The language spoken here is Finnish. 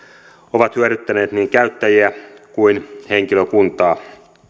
ovat hyödyttäneet niin käyttäjiä kuin henkilökuntaa